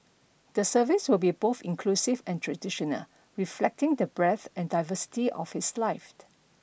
the service will be both inclusive and traditional reflecting the breadth and diversity of his life